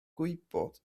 gwybod